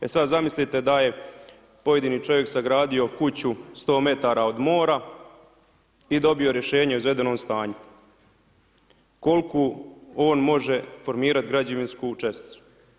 E sada zamislite da je pojedini čovjek sagradio kuću 100m od mora i dobio rješenje o izvedenom stanju, koliku on može formirati građevinsku česticu?